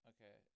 Okay